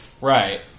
Right